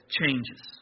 changes